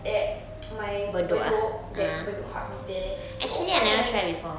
at my bedok that bedok heartbeat it open a